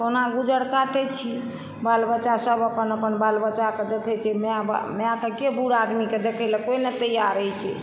कहुना गुजर काटै छी बाल बच्चा सब अपन अपन बाल बच्चा देखै छै माय बाप माय बापके बुढ़ आदमीकेँ कोई नहि तैयार होइ छै